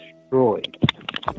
destroyed